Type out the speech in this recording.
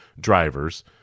drivers